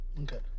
Okay